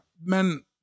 men